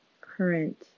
current